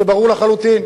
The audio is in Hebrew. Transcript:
זה ברור לחלוטין.